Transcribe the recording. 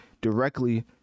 directly